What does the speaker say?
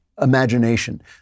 imagination